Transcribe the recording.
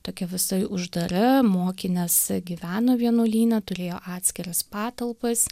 tokia visai uždara mokinės gyveno vienuolyne turėjo atskiras patalpas